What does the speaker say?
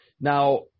Now